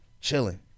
chilling